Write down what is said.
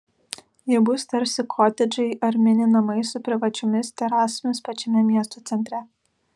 jie bus tarsi kotedžai ar mini namai su privačiomis terasomis pačiame miesto centre